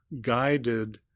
guided